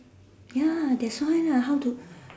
ya that's why lah how to